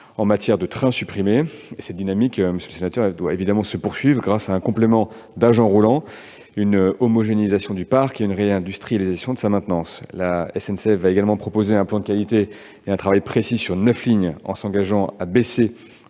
en matière de trains supprimés. Cette dynamique doit se poursuivre, grâce à un complément d'agents roulants, une homogénéisation du parc et une réindustrialisation de sa maintenance. La SNCF proposera également un plan de qualité et un travail précis sur neuf lignes, en s'engageant à baisser